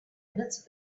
minutes